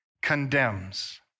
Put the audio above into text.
condemns